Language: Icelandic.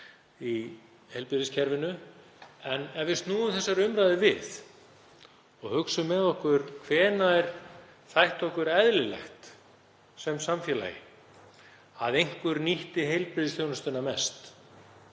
í heilbrigðiskerfinu. En ef við snúum þessari umræðu við og hugsum með okkur: Hvenær þætti okkur eðlilegt sem samfélagi að einhver nýtti heilbrigðisþjónustuna mest?